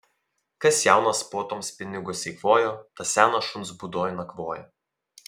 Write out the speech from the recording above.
kas jaunas puotoms pinigus eikvojo tas senas šuns būdoj nakvoja